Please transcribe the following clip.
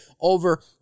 over